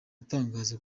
atangaza